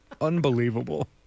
Unbelievable